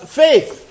faith